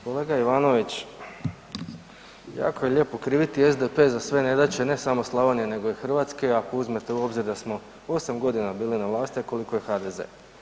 Kolega Ivanović, jako je lijepo kriviti SDP za sve nedaće ne samo Slavonije nego i Hrvatske ako uzmete u obzir da smo osam godina bili na vlasti, a koliko je HDZ.